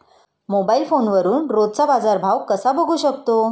Mobile फोनवरून रोजचा बाजारभाव कसा बघू शकतो?